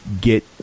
get